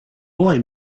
boy